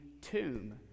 tomb